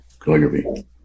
Calligraphy